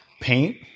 paint